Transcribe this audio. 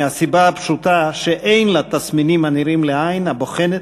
מהסיבה הפשוטה שאין לה תסמינים הנראים לעין הבוחנת,